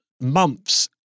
months